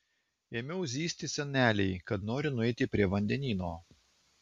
ėmiau zyzti senelei kad noriu nueiti prie vandenyno